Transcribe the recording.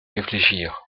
réfléchir